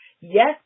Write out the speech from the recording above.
Yes